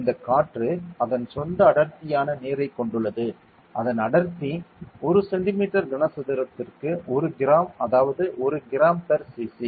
இந்த காற்று அதன் சொந்த அடர்த்தியான நீரைக் கொண்டுள்ளது அதன் அடர்த்தி ஒரு சென்டிமீட்டர் கனசதுரத்திற்கு 1 கிராம் அதாவது 1 கிராம் பெர் சிசி